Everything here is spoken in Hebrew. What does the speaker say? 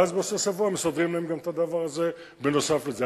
ואז בסוף השבוע מסדרים להם גם את הדבר הזה נוסף על זה.